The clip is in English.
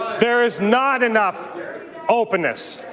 there is not enough openness,